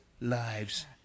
lives